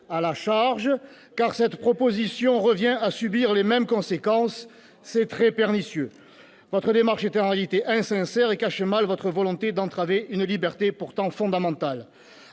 à la charge, car cette proposition revient à faire subir les mêmes conséquences. C'est très pernicieux. Votre démarche est en réalité insincère et cache mal votre volonté d'entraver une liberté pourtant fondamentale.